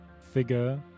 figure